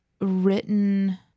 written